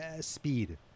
speed